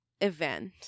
event